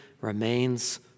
remains